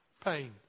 pain